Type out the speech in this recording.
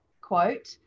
quote